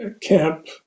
camp